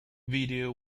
video